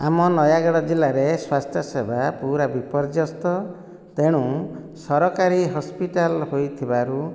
ଆମ ନୟାଗଡ଼ ଜିଲ୍ଲାରେ ସ୍ୱାସ୍ଥ୍ୟ ସେବା ପୁରା ବିପର୍ଯ୍ୟସ୍ତ ତେଣୁ ସରକାରୀ ହସ୍ପିଟାଲ ହୋଇଥିବାରୁ